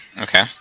Okay